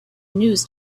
news